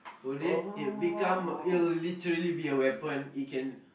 pull it it would become it would literally be a weapon it can